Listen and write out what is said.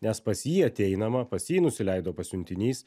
nes pas jį ateinama pas jį nusileido pasiuntinys